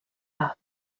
داد